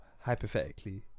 hypothetically